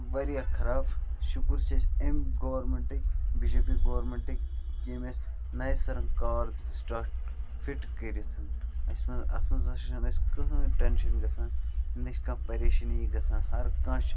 واریاہ خَراب شُکُر چھ أسۍ امہِ گورمیٚنٹٕکۍ بی جے پِی گورمیٚنٹِکۍ یٔمۍ اَسہِ نَیہِ سَرٕ کار دیُت سٹاٹ فِٹ کٔرِتھ اَسہِ مَنٛز اتھ مَنٛز ہَسا چھِنہٕ اَسہٕ کٕہٕنۍ ٹٮ۪نشَن گَژھان نہَ چھِ کانٛہہ پریشٲنی گَژھان ہر کانٛہہ چھُ